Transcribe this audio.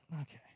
Okay